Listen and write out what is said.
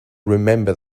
remember